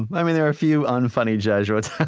i mean there are a few unfunny jesuits.